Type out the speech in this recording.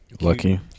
Lucky